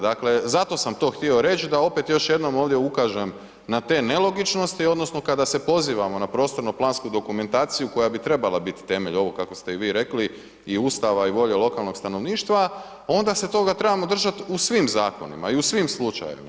Dakle zato sam to htio reć da opet još jednom ukažem na te nelogičnosti odnosno kada se pozivamo na prostorno plansku dokumentaciju koja bi trebala biti temelj ovo kako ste i vi rekli i Ustava i volje lokalnog stanovništva onda se toga trebamo držati u svim zakonima i u svim slučajevima.